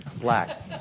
Black